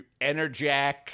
Enerjack